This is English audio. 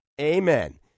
Amen